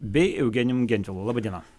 bei eugenijum gentvilu laba diena